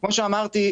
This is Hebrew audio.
כמו שאמרתי,